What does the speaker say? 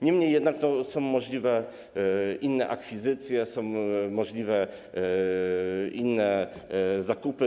Niemniej jednak są możliwe inne akwizycje, są możliwe inne zakupy.